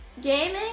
gaming